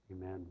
Amen